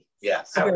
Yes